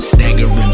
Staggering